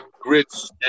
grits